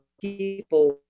people